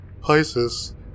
Pisces